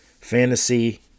fantasy